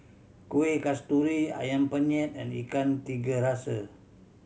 Kueh Kasturi Ayam Penyet and Ikan Tiga Rasa